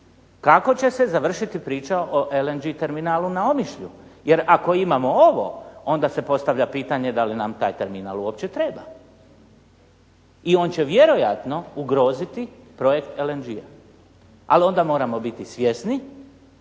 kako će se završiti priča o LNG terminalu na Omišlju. Jer ako imamo ovo onda se postavlja pitanje da li nam taj terminal uopće treba i on će vjerojatno ugroziti projekt LNG-a. Ali onda moramo biti svjesni